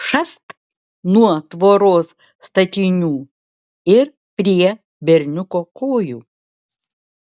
šast nuo tvoros statinių ir prie berniuko kojų